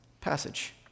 passage